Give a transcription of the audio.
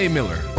Miller